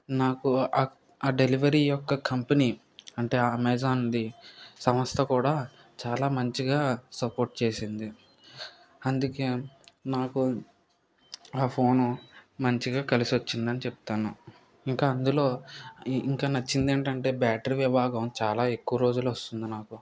నాకు ఆ డెలివరీ యొక్క కంపెనీ అంటే అమెజాన్ది సంస్థ కూడా చాలా మంచిగా సపోర్ట్ చేసింది అందుకే నాకు ఆ ఫోను మంచిగా కలిసి వచ్చింది అని చెప్తాను ఇంకా అందులో ఇంకా నచ్చింది ఏంటంటే బ్యాటరీ విభాగం చాలా ఎక్కువ రోజులు వస్తుంది నాకు